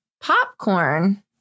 Popcorn